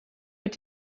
mit